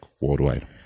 worldwide